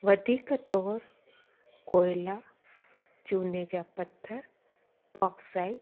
वधीक तौरु कोयला चूने जा पथर बॉक्साइड